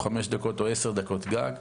5 דקות או 10 דקות גג.